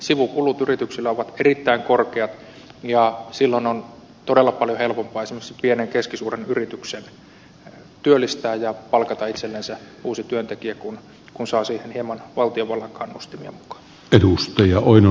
sivukulut yrityksillä ovat erittäin korkeat ja silloin esimerkiksi pienen tai keskisuuren yrityksen on todella paljon helpompi työllistää ja palkata itsellensä uusi työntekijä kun se saa siihen hieman valtiovallan kannustimia mukaan